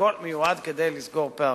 הכול מיועד לסגירת פערים.